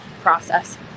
process